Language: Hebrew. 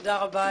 תודה רבה אדוני.